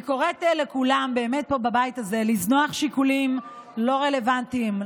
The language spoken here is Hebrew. אני קוראת לכולם פה בבית הזה לזנוח שיקולים לא רלוונטיים,